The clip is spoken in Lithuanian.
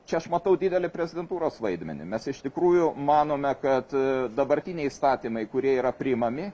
čia aš matau didelį prezidentūros vaidmenį mes iš tikrųjų manome kad dabartiniai įstatymai kurie yra priimami